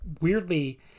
weirdly